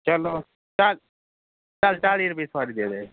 ਚਲੋ ਚਲ ਚਾਲੀ ਰੁਪਏ ਸੁਆਰੀ ਦੇ ਦਿਆ